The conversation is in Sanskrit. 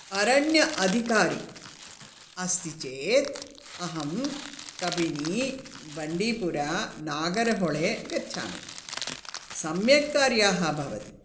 अरण्य अधिकारी अस्ति चेत् अहं कबिनि बण्डीपुर नागरहोळे गच्छामि सम्यक् कार्याः भवति